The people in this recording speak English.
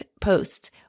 posts